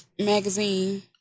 magazine